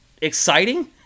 exciting